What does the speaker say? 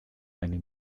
eine